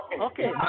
Okay